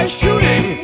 shooting